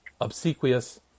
Obsequious